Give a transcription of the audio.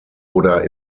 oder